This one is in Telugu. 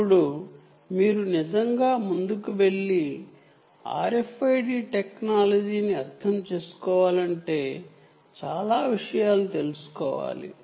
ఇప్పుడు మీరు నిజంగా ముందుకు వెళ్లి RFID టెక్నాలజీ ని అర్థం చేసుకోవాలనుకుంటే చాలా విషయాలు తెలుసుకోవాలి